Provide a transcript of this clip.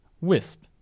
Wisp